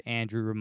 andrew